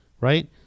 right